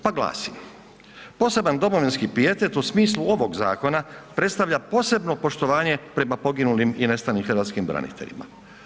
Pa glasi: „Poseban domovinski pijetitet u smislu ovog Zakona predstavlja posebno poštovanje prema poginulim i nestalim hrvatskim braniteljima.